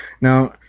Now